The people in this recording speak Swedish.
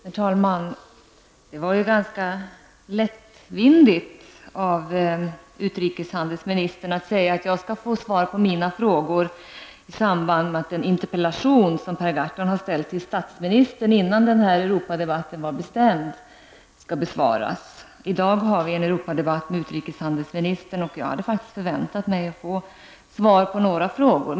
Herr talman! Det var ganska lättvindigt av utrikeshandelsministern att säga att jag skall få svar på mina frågor i samband med att en interpellation som Per Gahrton har ställt till statsministern, innan den här debatten var bestämd, skall besvaras. I dag har vi en Europadebatt med utrikeshandelsministern, och jag hade faktiskt förväntat mig att få svar på några frågor.